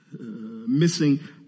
missing